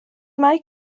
mae